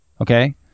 Okay